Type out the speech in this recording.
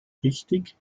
richtig